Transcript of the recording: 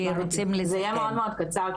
זה יהיה מאוד מאוד קצר,